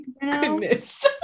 Goodness